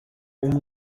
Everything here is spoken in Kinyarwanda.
umwe